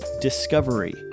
discovery